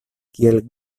kiel